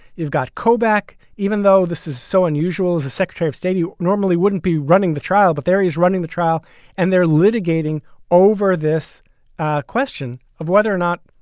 you've got kobach, even though this is so unusual, as a secretary of state, you normally wouldn't be running the trial. but there he is running the trial and they're litigating over this question of whether or not.